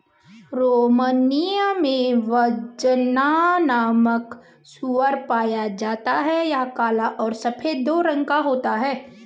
Romania में Bazna नामक सूअर पाया जाता है यह काला और सफेद दो रंगो का होता है